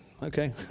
Okay